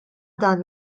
dan